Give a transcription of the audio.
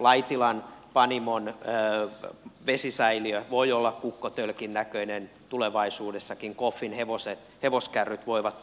laitilan panimon vesisäiliö voi olla kukkotölkin näköinen tulevaisuudessakin koffin hevoskärryt voivat